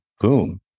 boom